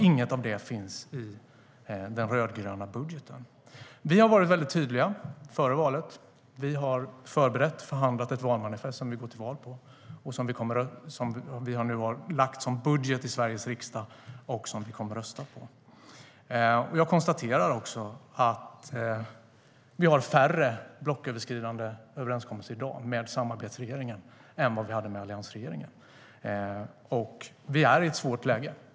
Inget av detta finns i den rödgröna budgeten. STYLEREF Kantrubrik \* MERGEFORMAT Utgiftsramar och beräkning av stats-inkomsternaVi är i ett svårt läge.